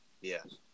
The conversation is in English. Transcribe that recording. Yes